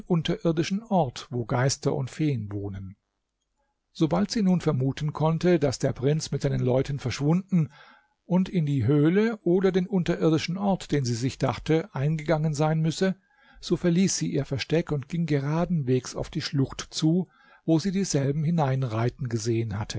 unterirdischen ort wo geister und feen wohnen sobald sie nun vermuten konnte daß der prinz mit seinen leuten verschwunden und in die höhle oder den unterirdischen ort den sie sich dachte eingegangen sein müsse so verließ sie ihr versteck und ging geraden wegs auf die schlucht zu wo sie dieselben hineinreiten gesehen hatte